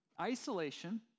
Isolation